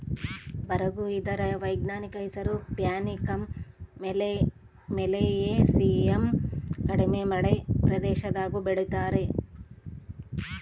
ಬರುಗು ಇದರ ವೈಜ್ಞಾನಿಕ ಹೆಸರು ಪ್ಯಾನಿಕಮ್ ಮಿಲಿಯೇಸಿಯಮ್ ಕಡಿಮೆ ಮಳೆ ಪ್ರದೇಶದಾಗೂ ಬೆಳೀತಾರ